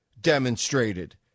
demonstrated